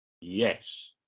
Yes